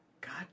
God